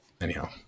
Anyhow